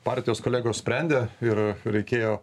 partijos kolegos sprendė ir reikėjo